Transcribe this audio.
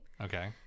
Okay